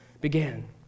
began